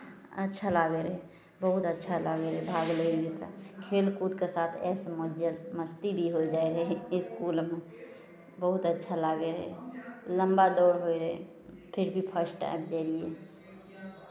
अच्छा लागैत रहै बहुत अच्छा लागैत रहै भाग लैत रहियै तऽ खेल कूदके साथ ऐश मौज जे मस्ती भी होय जाइत रहै इसकुलमे बहुत अच्छा लागैत रहै लम्बा दौड़ होइत रहै फिर भी फस्ट आबि जइयै